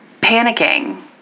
panicking